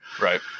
Right